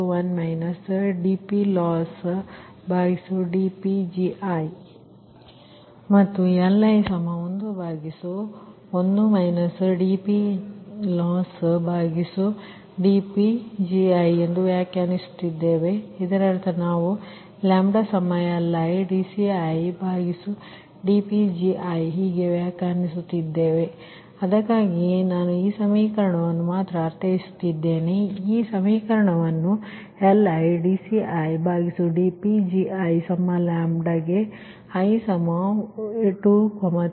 ಮತ್ತು ನಾವು Li11 dPLossdPgi ನ್ನು ವ್ಯಾಖ್ಯಾನಿಸುತ್ತಿದ್ದೇವೆ ಇದರರ್ಥ ನಾವು LidCidPgi ಹೀಗೆ ವ್ಯಾಖ್ಯಾನಿಸುತ್ತಿದ್ದೇವೆ ಆದ್ದರಿಂದ ಅದಕ್ಕಾಗಿಯೇ ನಾನು ಈ ಸಮೀಕರಣವನ್ನು ಮಾತ್ರ ಅರ್ಥೈಸುತ್ತೇನೆ ಈ ಸಮೀಕರಣವನ್ನು LidCidPgiλ ಗೆ i23m